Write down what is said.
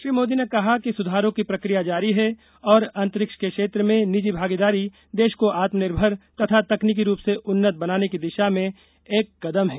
श्री मोदी ने कहा कि सुधारों की प्रक्रिया जारी है और अंतरिक्ष के क्षेत्र में निजी भागीदारी देश को आत्मनिर्भर तथा तकनीकी रुप से उन्नत बनाने की दिशा में एक कदम है